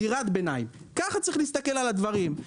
דירת ביניים כך צריך להסתכל על הדברים.